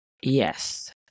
Yes